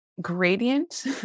gradient